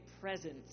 presence